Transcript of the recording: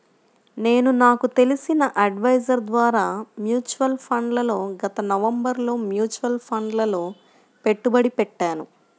నేను నాకు తెలిసిన అడ్వైజర్ ద్వారా మ్యూచువల్ ఫండ్లలో గత నవంబరులో మ్యూచువల్ ఫండ్లలలో పెట్టుబడి పెట్టాను